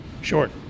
short